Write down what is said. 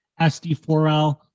SD4L